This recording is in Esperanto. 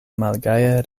malgaje